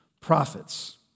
prophets